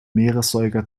meeressäuger